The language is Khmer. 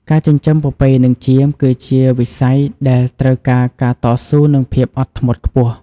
ការចិញ្ចឹមពពែនិងចៀមគឺជាវិស័យដែលត្រូវការការតស៊ូនិងភាពអត់ធ្មត់ខ្ពស់។